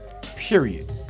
period